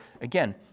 again